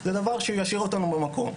זה דבר שישאיר אותנו במקום.